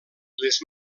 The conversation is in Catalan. les